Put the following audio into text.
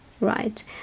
right